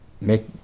make